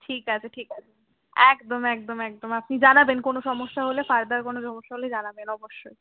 ঠিক আছে ঠিক আছে একদম একদম একদম আপনি জানাবেন কোনো সমস্যা হলে ফার্দার কোনো সমস্যা হলে জানাবেন অবশ্যই